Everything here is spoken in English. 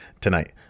tonight